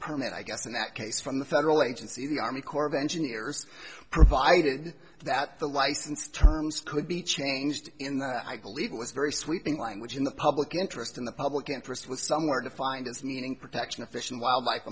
permit i guess in that case from the federal agency the army corps of engineers provided that the license terms could be changed in that i believe it was very sweeping language in the public interest in the public interest was somewhere defined as meaning protection of fish and wildlife